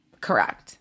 Correct